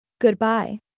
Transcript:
Goodbye